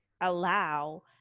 allow